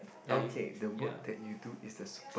okay the work that you do is the super